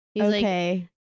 okay